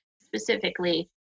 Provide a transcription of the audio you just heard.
specifically